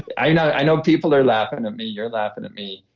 i know people are laughing at me, you're laughing at me,